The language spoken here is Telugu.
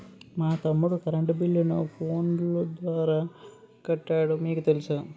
మా తమ్ముడు కరెంటు బిల్లును ఫోను ద్వారా కట్టాడు నీకు తెలుసా